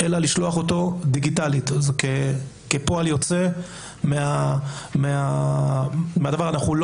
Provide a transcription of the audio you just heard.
לשלוח אותו דיגיטלית כפועל יוצא מהדבר אנחנו לא